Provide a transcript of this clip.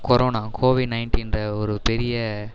corona Covid நைன்டீன்கிற ஒரு பெரிய